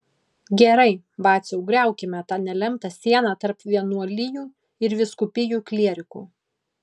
gerai vaciau griaukime tą nelemtą sieną tarp vienuolijų ir vyskupijų klierikų